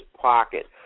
pocket